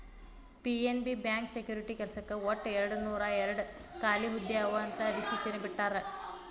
PNB bank security ಕೆಲ್ಸಕ್ಕ ಒಟ್ಟು ಎರಡನೂರಾಯೇರಡ್ ಖಾಲಿ ಹುದ್ದೆ ಅವ ಅಂತ ಅಧಿಸೂಚನೆ ಬಿಟ್ಟಾರ